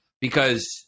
because-